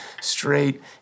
straight